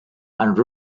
and